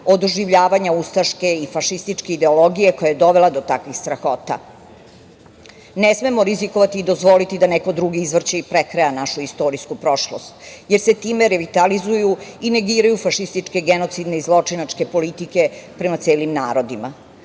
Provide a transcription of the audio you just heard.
od oživljavanja ustaške i fašističke ideologije koja je dovela do takvih strahota. Ne smemo rizikovati i dozvoliti da neko drugi izvrće i prekraja našu istorijsku prošlost, jer se time revitalizuju i negiraju fašističke, genocidne i zločinačke politike prema celim narodima.